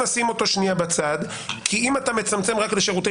נשים אותו שנייה בצד כי אם אתה מצמצם רק לשירותי